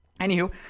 anywho